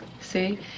See